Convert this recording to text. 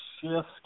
shift